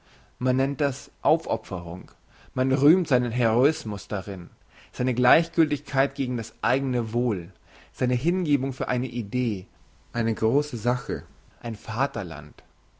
man nennt das aufopferung man rühmt seinen heroismus darin seine gleichgültigkeit gegen das eigne wohl seine hingebung für eine idee eine grosse sache ein vaterland